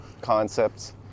concepts